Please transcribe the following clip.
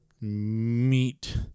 Meat